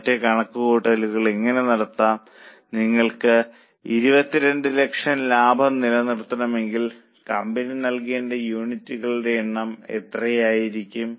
മറ്റ് കണക്കുകൂട്ടലുകൾ എങ്ങനെ നടത്താം നിങ്ങൾക്ക് 2200000 ലാഭം നിലനിർത്തണമെങ്കിൽ കമ്പനി വിൽക്കേണ്ട യൂണിറ്റുകളുടെ എണ്ണം എത്രയായിരിക്കും